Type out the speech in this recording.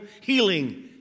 healing